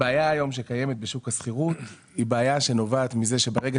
הבעיה היום שקיימת בשוק השכירות היא בעיה שנובעת מזה שברגע